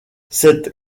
cette